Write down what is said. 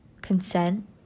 consent